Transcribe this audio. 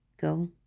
Go